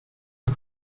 dur